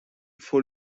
faut